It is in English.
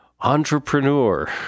entrepreneur